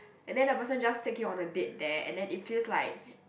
and then the person just take you on a date there and then it feels like